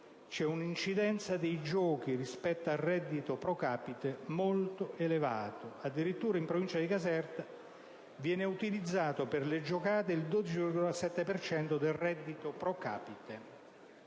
un'incidenza dei giochi rispetto al reddito *pro capite* molto elevata; addirittura in provincia di Caserta viene utilizzato per le giocate il 12,7 per cento del reddito *pro capite*.